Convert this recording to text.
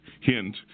Hint